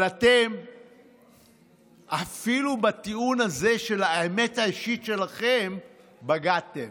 אבל אתם אפילו בטיעון הזה של האמת האישית שלכם בגדתם.